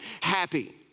happy